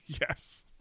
Yes